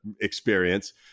experience